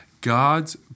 God's